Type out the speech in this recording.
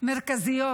מרכזיות